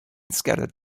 scattered